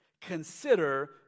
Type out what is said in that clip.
Consider